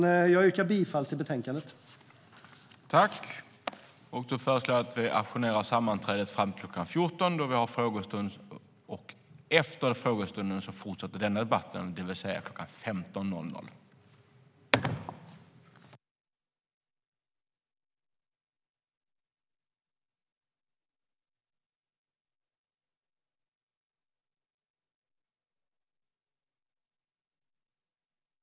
Jag yrkar bifall till förslaget i betänkandet.